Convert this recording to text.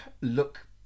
look